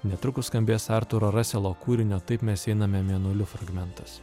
netrukus skambės artūro raselo kūrinio taip mes einame mėnuliu fragmentas